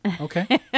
Okay